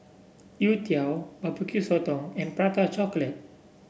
youtiao bbq sotong and Prata Chocolate